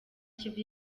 kivu